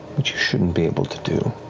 which you shouldn't be able to do.